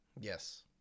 Yes